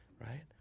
right